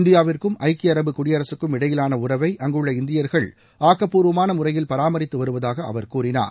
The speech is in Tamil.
இந்தியாவிற்கும் ஐக்கிய அரபு குடியரகக்கும் இடையிலான உறவை அங்குள்ள இந்தியா்கள் ஆக்கப்பூர்வமான முறையில் பராமரித்துவருவதாக அவர் கூறினார்